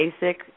basic